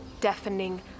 deafening